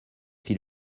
fit